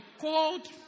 called